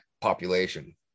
population